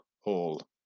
Hall